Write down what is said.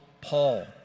Paul